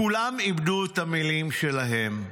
כולם איבדו את המילים שלהם'.